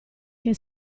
che